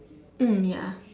mm ya